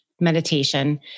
meditation